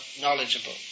knowledgeable